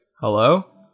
Hello